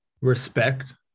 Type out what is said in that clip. respect